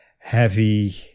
heavy